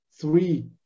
three